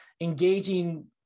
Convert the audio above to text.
engaging